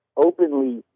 openly